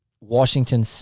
Washington